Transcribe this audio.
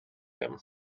him